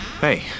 Hey